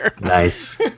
Nice